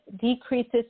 decreases